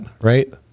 right